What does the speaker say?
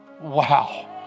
Wow